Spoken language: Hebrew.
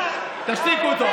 תשתיקו אותו.